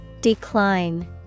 Decline